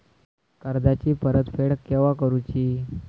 कर्जाची परत फेड केव्हा करुची?